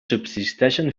subsisteixen